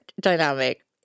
dynamic